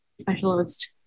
Specialist